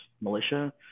militia